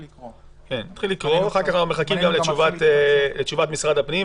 גם מחכים לתשובת משרד הפנים,